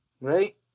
right